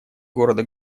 города